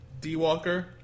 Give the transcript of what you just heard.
D-Walker